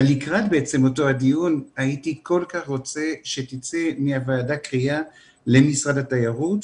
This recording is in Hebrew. לקראת אותו הדיון הייתי כל כך רוצה שתצא מהוועדה קריאה למשרד התיירות,